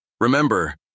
Remember